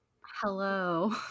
Hello